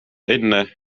enne